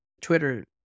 Twitter